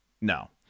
No